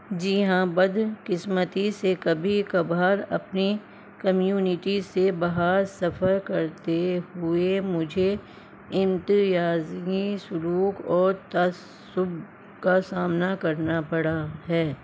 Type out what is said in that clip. جی ہاں بد قسمتی سے کبھی کبھار اپنی کمیونٹی سے باہر سفر کرتے ہوئے مجھے امتیازی سلوک اور تعصب کا سامنا کرنا پڑا ہے